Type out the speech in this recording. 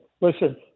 listen